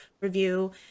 review